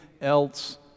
else